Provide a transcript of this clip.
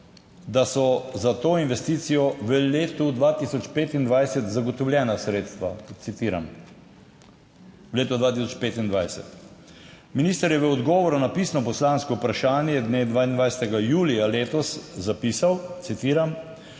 da so za to investicijo v letu 2025 zagotovljena sredstva, citiram, v letu 2025. Minister je v odgovoru na pisno poslansko vprašanje dne 22. julija letos zapisal, citiram: